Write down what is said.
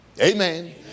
Amen